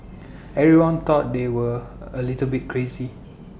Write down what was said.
everyone thought they were A little bit crazy